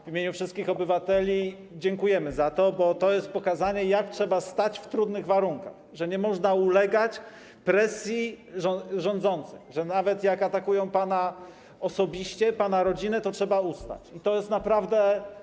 W imieniu wszystkich obywateli dziękujemy za to, bo to jest pokazanie, jak trzeba stać w trudnych warunkach, że nie można ulegać presji rządzących, że nawet jak atakują pana osobiście, pana rodzinę, to trzeba ustać, wytrzymać.